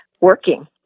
working